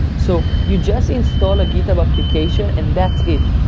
so you just install a github application, and that's it.